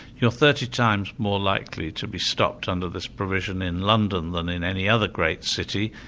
you're thirty times more likely to be stopped under this provision in london than in any other great city,